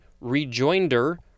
rejoinder